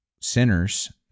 sinners